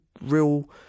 real